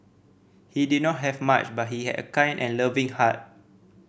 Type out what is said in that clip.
he did not have much but he had a kind and loving heart